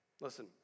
Listen